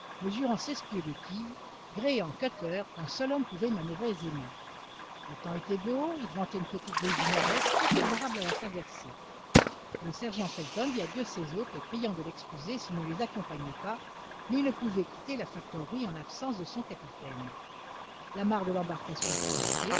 mesurant seize pieds de quille gréé en cutter qu'un seul homme pouvait manoeuvrer aisément le temps était beau il ventait une petite brise du nord-est très favorable à la traversée le sergent felton dit adieu à ses hôtes les priant de l'excuser s'il ne les accompagnait pas mais il ne pouvait quitter la factorerie en l'absence de son capitaine l'amarre de l'embarcation fut